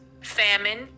famine